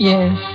Yes